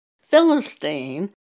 Philistine